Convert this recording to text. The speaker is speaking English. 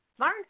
Learn